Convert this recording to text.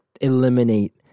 eliminate